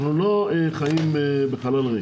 אנחנו לא חיים בחלל ריק.